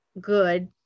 good